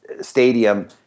stadium